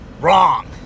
Wrong